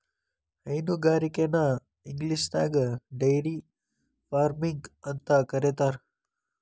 ಹೈನುಗಾರಿಕೆನ ಇಂಗ್ಲಿಷ್ನ್ಯಾಗ dairy farming ಅಂತ ಕರೇತಾರ